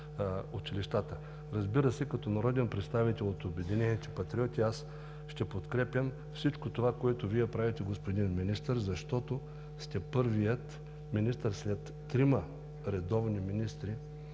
Разбира се, като народен представител от „Обединени патриоти“ ще подкрепям всичко, което правите, господин Министър, защото сте първият министър след трима редовни министри,